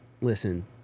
listen